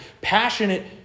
passionate